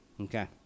Okay